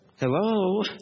Hello